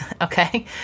Okay